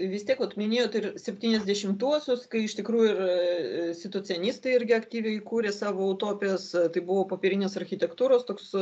vis tiek minėjot ir septyniasdešimtuosius kai iš tikrųjų ir situacionistai irgi aktyviai kūrė savo utopijas tai buvo popierinės architektūros toks